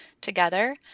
together